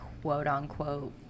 quote-unquote